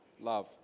love